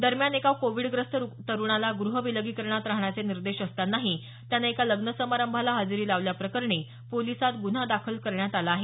दरम्यान एका कोविडग्रस्त तरुणाला गृह विलगीकरणात राहण्याचे निर्देश असतानाही त्यानं एका लग्नसमारंभाला हजेरी लावल्याप्रकरणी पोलिसात गुन्हा दाखल करण्यात आला आहे